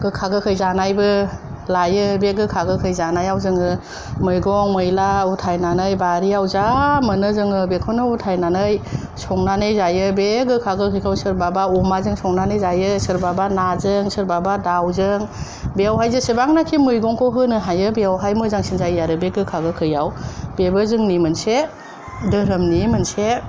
गोखा गोखै जानाइबो लायो बे गोखा गोखै जानायाव जोङो मैगं मैला उथायनानै बारियाव जा मोनो जोङो बेखौनो उथायनानै संनानै जायो बे गोखा गोखै खौनो सोरबाबा अमाजों संनानै जायो सोरबाबा नाजों सोरबाबा दाउजों बेयावहाय जेसेबां नाखि मैगं खौ होनो हायो बेयावहाय मोजांसिन जायो आरो बे गोखा गोखैआव बेबो जोंनि मोनसे धोरोमनि मोनसे